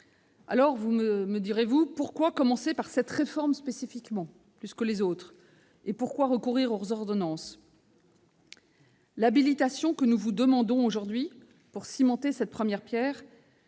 me demanderez-vous, commencer par cette réforme plutôt que par les autres et pourquoi recourir aux ordonnances ? L'habilitation que nous vous demandons aujourd'hui pour cimenter cette première pierre